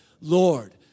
Lord